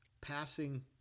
passing